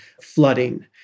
flooding